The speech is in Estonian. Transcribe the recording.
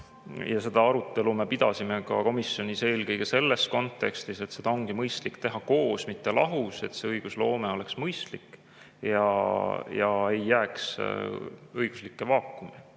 seda arutelu ka komisjonis eelkõige selles kontekstis, et seda on mõistlik teha koos, mitte lahus, et see õigusloome oleks mõistlik ega jääks õiguslikke vaakumeid